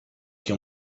che